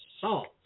salt